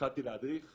והתחלתי להדריך